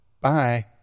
bye